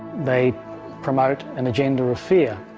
they promote an agenda of fear.